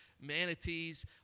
manatees